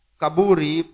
kaburi